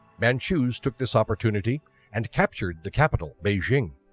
manchus took this opportunity and captured the capital beijing.